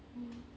mm